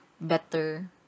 better